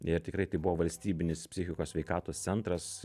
ir tikrai tai buvo valstybinis psichikos sveikatos centras